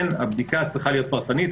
הבדיקה צריכה להיות פרטנית,